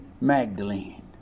Magdalene